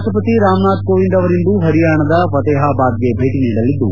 ರಾಷ್ಲಪತಿ ರಾಮನಾಥ್ ಕೋವಿಂದ್ ಅವರಿಂದು ಪರಿಯಾಣದ ಫತೇಹಾಬಾದ್ ಗೆ ಭೇಟ ನೀಡಲಿದ್ದು